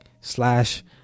slash